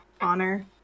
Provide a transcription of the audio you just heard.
honor